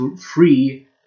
free